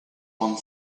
one